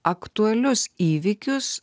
aktualius įvykius